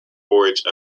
forge